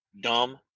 dumb